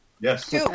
Yes